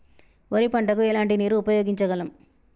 వరి పంట కు ఎలాంటి నీరు ఉపయోగించగలం?